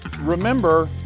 remember